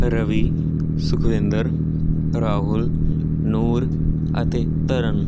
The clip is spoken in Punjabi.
ਰਵੀ ਸੁਖਵਿੰਦਰ ਰਾਹੁਲ ਨੂਰ ਅਤੇ ਤਰਨ